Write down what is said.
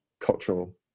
cultural